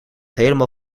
helemaal